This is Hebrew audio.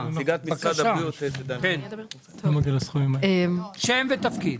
בבקשה שם ותפקיד.